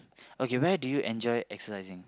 okay where do you enjoy exercising